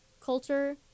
culture